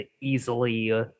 easily